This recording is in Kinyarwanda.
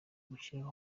gukinira